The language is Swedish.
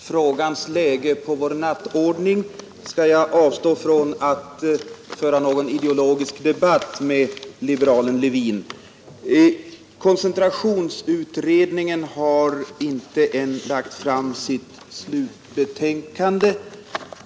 Herr talman! Med hänsyn till detta ärendes placering på vår ”nattordning” skall jag avstå från att föra någon ideologisk debatt med liberalen herr Levin. Koncentrationsutredningen har ännu inte lagt fram sitt slutbetänkande.